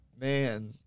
man